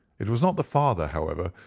it was not the father, however,